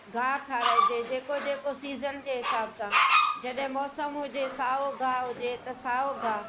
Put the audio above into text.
ॻाहि खाराइजे जेको जेको सीज़न जे हिसाब सां जॾहिं मौसम हुजे साओ ॻाहि हुजे त साओ ॻाहि